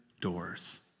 doors